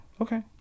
okay